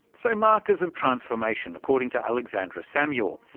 so, markers of transformation, according to alexandra samuel,